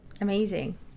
Amazing